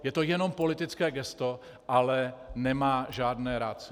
Je to jenom politické gesto, ale nemá žádné ratio.